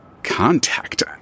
Contact